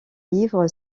livre